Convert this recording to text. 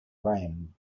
graham